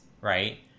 right